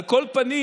על כל פנים,